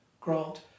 grant